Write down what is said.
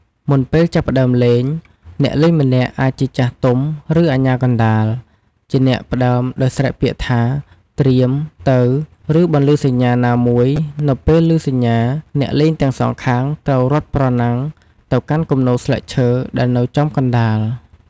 មុនពេលចាប់ផ្ដើមលេង អ្នកលេងម្នាក់អាចជាចាស់ទុំ ឬអាជ្ញាកណ្ដាល ជាអ្នកផ្ដើមដោយស្រែកពាក្យថា ត្រៀម! ទៅ! ឬបន្លឺសញ្ញាណាមួយ នៅពេលឮសញ្ញា អ្នកលេងទាំងសងខាងត្រូវរត់ប្រណាំងទៅកាន់គំនរស្លឹកឈើដែលនៅចំកណ្ដាល។